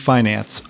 Finance